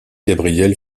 gabriel